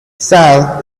sal